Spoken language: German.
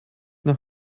nach